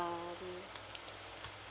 um